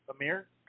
Amir